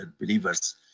believers